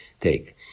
take